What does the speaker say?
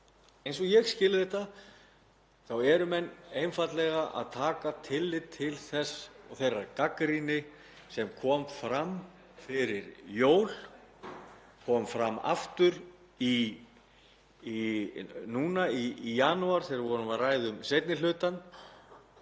Eins og ég skil þetta þá eru menn einfaldlega að taka tillit til þess og þeirrar gagnrýni sem kom fram fyrir jól og aftur núna í janúar þegar við vorum að ræða um seinni hlutann